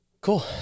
Cool